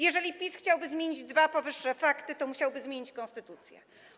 Jeżeli PiS chciałby zmienić dwa powyższe fakty, to musiałby zmienić konstytucję.